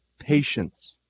patience